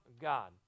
God